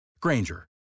Granger